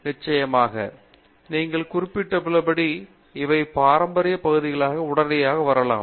பேராசிரியர் பிரதாப் ஹரிதாஸ் சரி நிச்சயமாக நீங்கள் குறிப்பிட்டுள்ளபடி இவை பாரம்பரிய பகுதிகளாக உடனடியாக வரலாம்